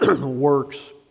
works